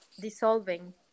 dissolving